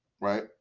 right